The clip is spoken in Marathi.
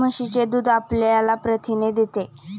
म्हशीचे दूध आपल्याला प्रथिने देते